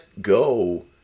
go